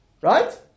Right